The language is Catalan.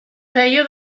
feia